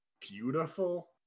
beautiful